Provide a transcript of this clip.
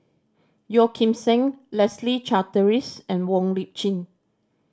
Yeo Kim Seng Leslie Charteris and Wong Lip Chin